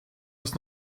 das